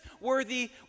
worthy